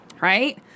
right